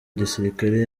gisirikare